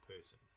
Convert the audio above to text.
person